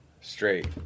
Straight